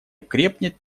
крепнет